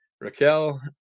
Raquel